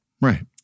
Right